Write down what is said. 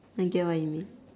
I get what you mean